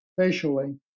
facially